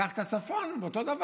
קח את הצפון, זה אותו דבר.